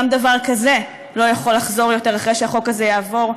גם דבר כזה לא יכול לחזור יותר אחרי שהחוק הזה יעבור,